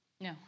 No